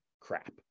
crap